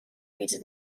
reads